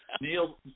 Neil